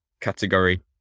category